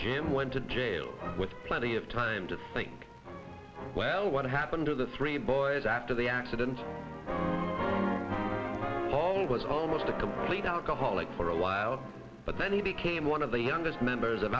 jim went to jail with plenty of time to think well what happened to the three boys after the accident paul was almost a complete alcoholic for a while but then he became one of the youngest members of